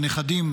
הנכדים,